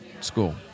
school